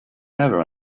never